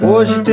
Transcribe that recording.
Hoje